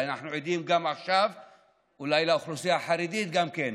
ואנחנו עכשיו עדים לכך שלאוכלוסייה החרדית גם כן,